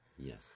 Yes